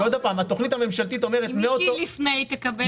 שוב, התוכנית הממשלתית אומרת, מי שהיא לפני כן,